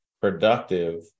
productive